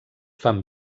fan